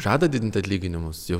žada didinti atlyginimus jau